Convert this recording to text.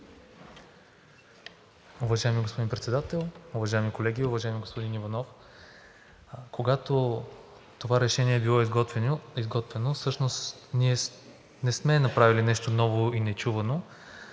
Уважаеми господин Председател, уважаеми колеги! Уважаеми господин Иванов, когато това решение е било изготвено, всъщност ние не сме направили нещо ново и нечувано.